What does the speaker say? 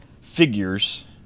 figures